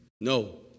No